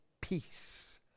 peace